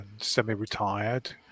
semi-retired